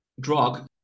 drug